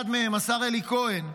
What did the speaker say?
אחד מהם, השר אלי כהן,